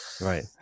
Right